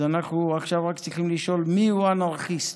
אז אנחנו עכשיו רק צריכים לשאול מיהו אנרכיסט: